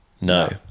No